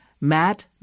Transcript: Matt